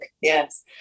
yes